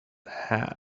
hat